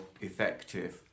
effective